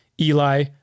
Eli